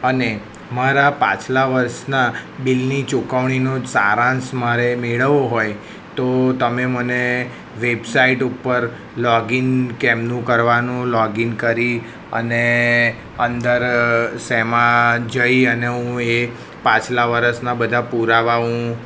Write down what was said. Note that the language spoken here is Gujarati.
અને મારા પાછલા વર્ષના બિલની ચુકવણીનું સારાંશ મારે મેળવવો હોય તો તમે મને વેબસાઇટ ઉપર લૉગિન કેમનું કરવાનું લૉગિન કરી અને અંદર શેમાં જઇ અને હું એ પાછલા વરસના બધાં પુરાવા હું